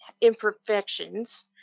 imperfections